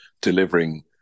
delivering